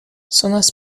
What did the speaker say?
sonas